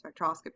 spectroscopy